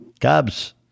Cubs